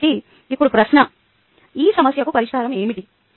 కాబట్టి ఇప్పుడు ప్రశ్న ఈ సమస్యకు పరిష్కారం ఏమిటి